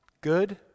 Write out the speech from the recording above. Good